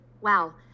wow